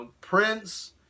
Prince